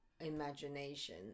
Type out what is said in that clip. imagination